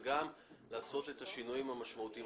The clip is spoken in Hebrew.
וגם לעשות את השינויים המשמעותיים.